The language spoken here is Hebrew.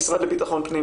המשרד לביטחון הפנים,